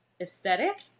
aesthetic